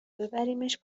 ببریمش